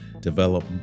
develop